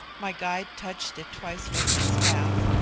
my guide touched it twice with his staff,